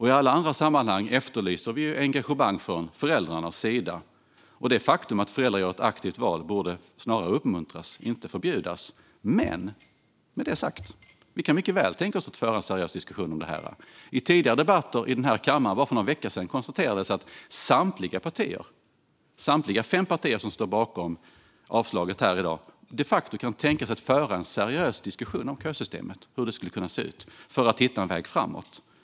I alla andra sammanhang efterlyser vi engagemang från föräldrarnas sida. Det faktum att föräldrar gör ett aktivt val borde snarare uppmuntras, inte förbjudas. Med det sagt kan vi mycket väl tänka oss att föra en seriös diskussion om detta. I tidigare debatter i denna kammare, för bara någon vecka sedan, konstaterades att samtliga fem partier som står bakom avslaget här i dag de facto kan tänka sig att föra en seriös diskussion om kösystemet och hur det skulle kunna se ut för att hitta en väg framåt.